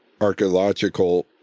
archaeological